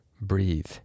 Breathe